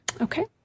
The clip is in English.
Okay